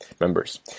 members